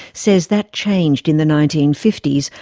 says that changed in the nineteen fifty s,